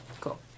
Cool